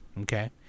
okay